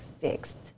fixed